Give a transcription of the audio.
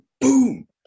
Boom